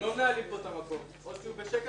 אני בחורה שאף פעם לא השתמשה בסמים,